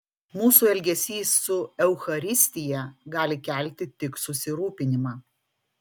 mūsų elgesys su eucharistija gali kelti tik susirūpinimą